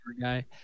guy